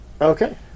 Okay